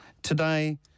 Today